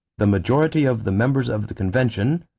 the majority of the members of the convention,